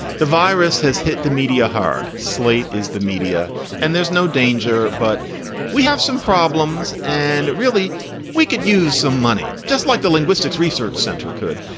the virus has hit the media hard. slate is the media and there's no danger. but we have some problems. and it really we could use some money, just like the linguistics research center could.